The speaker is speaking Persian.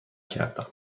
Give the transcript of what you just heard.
کردم